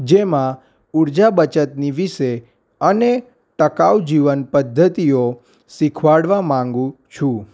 જેમાં ઉર્જા બચતની વિશે અને ટકાવ જીવન પદ્ધતિઓ શીખવાડવા માંગુ છું